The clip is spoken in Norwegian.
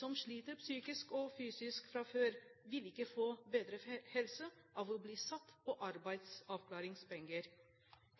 som sliter psykisk og fysisk fra før, vil ikke få bedre helse av å bli satt på arbeidsavklaringspenger.